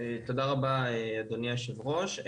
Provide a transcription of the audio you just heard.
תודה רבה אדוני היושב ראש,